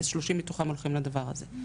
30 מתוכם הולכים לדבר הזה.